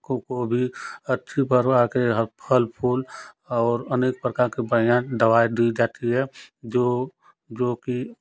को कोई भी अच्छी बरवाह के हर फल फूल और अनेक प्रकार के बढ़ियाँ दवाई दी जाती है जो जो कि